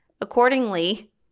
accordingly